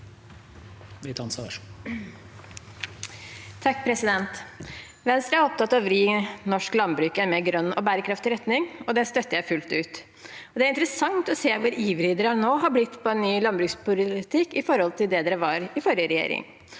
(A) Venstre er opptatt av å vri norsk landbruk i en mer grønn og bærekraftig retning, og det støtter jeg fullt ut. Det er interessant å se hvor ivrige dere nå har blitt på en ny landbrukspolitikk i forhold til det dere var i forrige regjering,